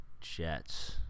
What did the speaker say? Jets